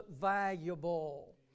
valuable